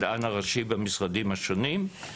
בדוח פורום המדענים הראשיים לשנת 2022,